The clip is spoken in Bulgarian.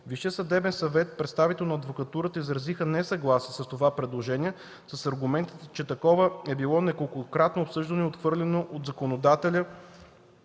Висшият съдебен съвет и представител на адвокатурата изразиха несъгласие с това предложение с аргументите, че такова е било неколкократно обсъждано и отхвърляно от законодателя,